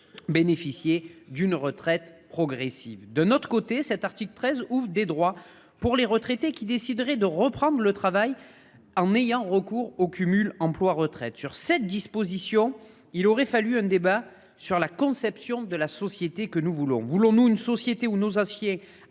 bénéficiaient d'une retraite progressive. D'un autre côté, cet article 13 ouvre des droits pour les retraités qui décideraient de reprendre le travail en ayant recours au cumul emploi-retraite. Cette disposition aurait dû être précédée d'un débat sur la société que nous voulons. Voulons-nous une société où nos anciens